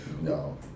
No